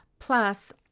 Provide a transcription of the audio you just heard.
plus